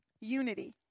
Unity